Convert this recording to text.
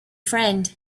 friend